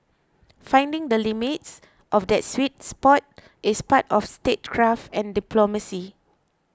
finding the limits of that sweet spot is part of statecraft and diplomacy